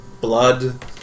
blood